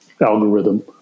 algorithm